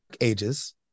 ages